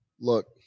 Look